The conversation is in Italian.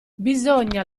bisogna